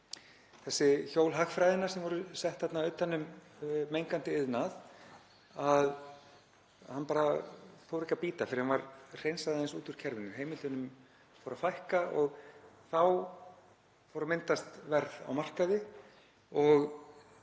þessi hjól hagfræðinnar sem voru sett þarna undir mengandi iðnað bara fór ekki að bíta fyrr en það var hreinsað aðeins út úr kerfinu. Heimildunum fór að fækka og þá fór að myndast verð á markaði.